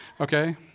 okay